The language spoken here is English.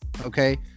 Okay